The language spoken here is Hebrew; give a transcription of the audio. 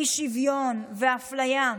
אי-שוויון ואפליה.